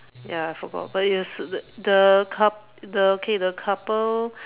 ya I forgot but it was the the coup~ the okay the couple